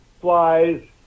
flies